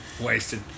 wasted